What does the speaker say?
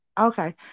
okay